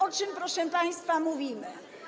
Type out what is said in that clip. O czym, proszę państwa, mówimy?